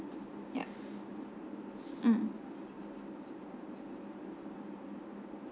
yup mm